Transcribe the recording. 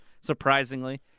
surprisingly